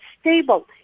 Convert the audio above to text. stable